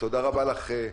תודה רבה לך,